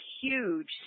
huge